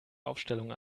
aufstellung